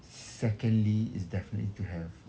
secondly is definitely to have